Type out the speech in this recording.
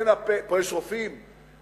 פה יש רופאים,